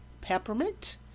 peppermint